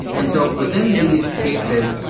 and so within these cases,